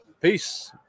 Peace